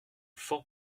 fort